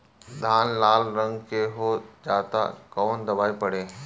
धान लाल रंग के हो जाता कवन दवाई पढ़े?